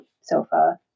sofa